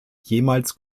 jemals